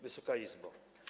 Wysoka Izbo!